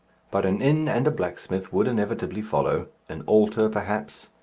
but an inn and a blacksmith would inevitably follow, an altar, perhaps,